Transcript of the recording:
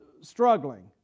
struggling